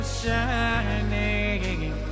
shining